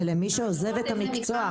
זה למי שעוזב את המקצוע,